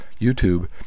YouTube